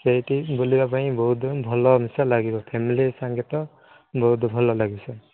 ସେଇଠି ବୁଲିବାପାଇଁ ବହୁତ ଭଲ ଅଂଶ ଲାଗିବ ଫ୍ୟାମିଲି ସାଙ୍ଗେ ତ ବହୁତ ଭଲ ଲାଗଛି